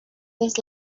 this